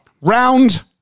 round